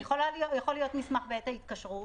יכול להיות מסמך בעת ההתקשרות,